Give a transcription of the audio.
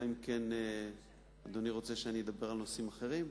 אלא אם כן אדוני רוצה שאני אדבר על נושאים אחרים.